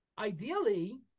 ideally